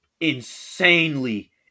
insanely